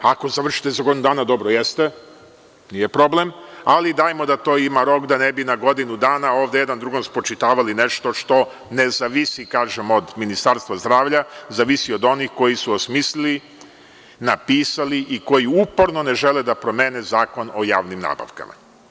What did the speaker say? Ako završite za godinu dana, dobro jeste, nije problem, ali dajmo da to ima rok, da ne bi na godinu dana ovde jedan drugom spočitavali nešto što ne zavisi od Ministarstva zdravlja, već zavisi od onih koji su osmislili, napisali i koji uporno ne žele da promene Zakon o javnim nabavkama.